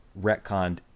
retconned